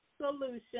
solution